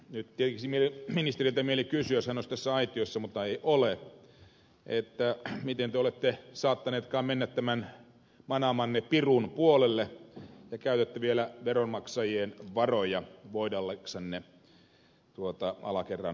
nyt tekisi mieli ministeriltä kysyä jos hän olisi aitiossa mutta ei ole miten te olette saattaneetkaan mennä tämän manaamanne pirun puolelle ja käytätte vielä veronmaksajien varoja voidellaksenne tuota alakerran herraa